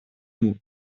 μου